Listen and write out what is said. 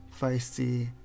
feisty